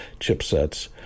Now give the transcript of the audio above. chipsets